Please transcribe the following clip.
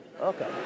Okay